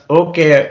okay